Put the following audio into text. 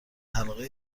حلقه